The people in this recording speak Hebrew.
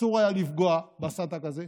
אסור היה לפגוע בסד"כ הזה.